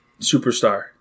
superstar